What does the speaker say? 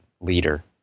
leader